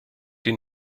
die